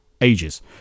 Ages